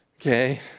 Okay